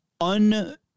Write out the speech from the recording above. un